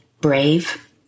brave